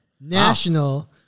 National